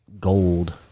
gold